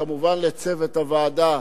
כמובן לצוות הוועדה: